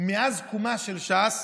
מאז קומה של ש"ס